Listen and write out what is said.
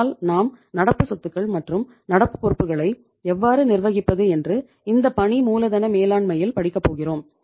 அதனால் நாம் நடப்பு சொத்துக்கள் மற்றும் நடப்பு பொறுப்புகளை எவ்வாறு நிர்வகிப்பது என்று இந்த பணி மூலதன மேலாண்மையில் படிக்கப் போகிறோம்